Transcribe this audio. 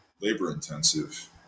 labor-intensive